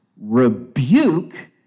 rebuke